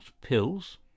pills